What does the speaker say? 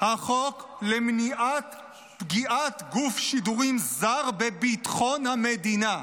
החוק למניעת פגיעת גוף שידורים זר בביטחון המדינה.